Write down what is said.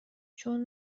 چون